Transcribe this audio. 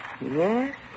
Yes